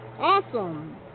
awesome